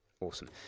Awesome